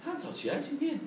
她很早起来今天